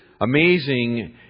amazing